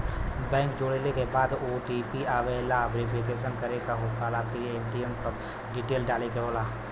bank जोड़ले के बाद ओ.टी.पी आवेला से वेरिफिकेशन करे क होला फिर ए.टी.एम क डिटेल डाले क होला